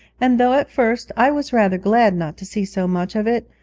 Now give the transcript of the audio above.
and though at first i was rather glad not to see so much of it,